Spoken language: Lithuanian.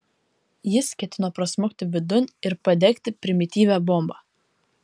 jis ketino prasmukti vidun ir padegti primityvią bombą